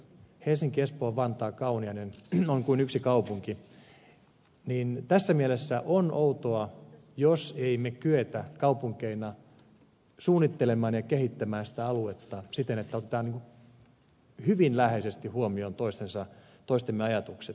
helsinki espoo vantaa ja kauniainen ovat kuin yksi kaupunki ja tässä mielessä on outoa jos emme kykene kaupunkeina suunnittelemaan ja kehittämään sitä aluetta siten että otamme hyvin läheisesti huomioon toistemme ajatukset